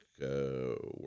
work